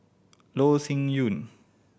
Loh Sin Yun